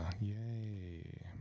Yay